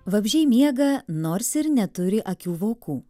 vabzdžiai miega nors ir neturi akių vokų